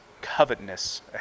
covetousness